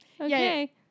Okay